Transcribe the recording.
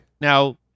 Now